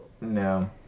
No